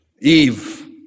Eve